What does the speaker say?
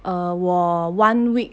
err 我 one week